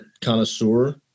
connoisseur